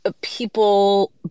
people